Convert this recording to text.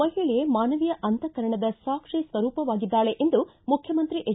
ಮಹಿಳೆ ಮಾನವೀಯ ಅಂತಃಕರಣದ ಸಾಕ್ಷಿ ಸ್ವರೂಪವಾಗಿದ್ದಾಳೆ ಎಂದು ಮುಖ್ಯಮಂತ್ರಿ ಎಚ್